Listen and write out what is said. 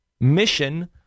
mission